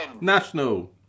National